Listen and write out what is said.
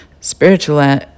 spiritual